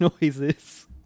noises